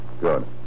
Good